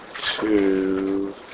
two